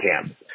camp